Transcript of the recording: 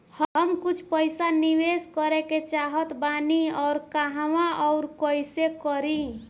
हम कुछ पइसा निवेश करे के चाहत बानी और कहाँअउर कइसे करी?